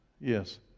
Yes